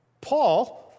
Paul